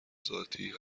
ذاتی